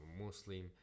muslim